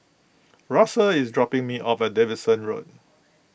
Russel is dropping me off at Davidson Road